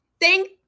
thank